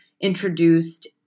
introduced